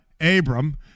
Abram